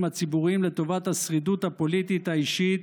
הציבוריים לטובת השרידות הפוליטית האישית